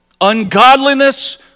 Ungodliness